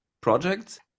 projects